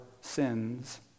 sins